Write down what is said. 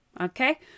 Okay